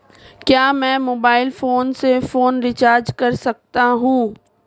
क्या मैं mobile phone से फोन रिचार्ज कर सकता हूं?